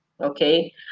okay